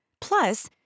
Plus